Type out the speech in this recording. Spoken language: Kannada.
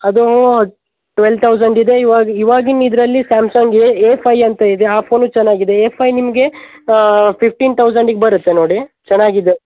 ಅದು ಟ್ವೆಲ್ ತೌಸಂಡ್ ಇದೆ ಇವಾಗ ಇವಾಗಿನ ಇದರಲ್ಲಿ ಸ್ಯಾಮ್ಸಂಗ್ ಎ ಎ ಫೈ ಅಂತ ಇದೆ ಆ ಫೋನೂ ಚೆನ್ನಾಗಿದೆ ಎ ಫೈ ನಿಮಗೆ ಫಿಫ್ಟೀನ್ ತೌಸಂಡಿಗೆ ಬರುತ್ತೆ ನೋಡಿ ಚೆನ್ನಾಗಿದೆ